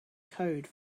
code